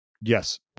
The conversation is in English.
Yes